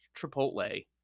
Chipotle